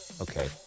Okay